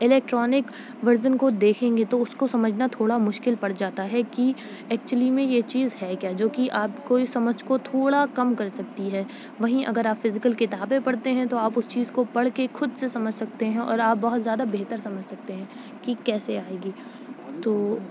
electronic version کو دیکھیں گے تو اس کو سمجھنا تھوڑا مشکل پڑ جاتا ہے کہ ایکوچلی میں یہ چیز ہے کیا جو کہ آپ کی سمجھ کو تھوڑا کم کرسکتی ہے وہیں اگر آپ فزیکل کتابیں پڑھتے ہیں تو آپ اس چیز کو پڑھ کے خود سے سمجھ سکتے ہیں اور آپ بہت زیادہ بہتر سمجھ سکتے ہیں کہ کیسے آئے گی تو